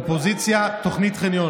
אופוזיציה, תוכנית חניון.